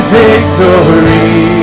victory